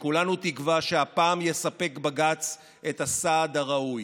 וכולנו תקווה שהפעם יספק בג"ץ את הסעד הראוי.